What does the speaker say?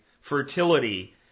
fertility